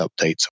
updates